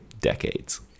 decades